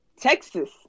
Texas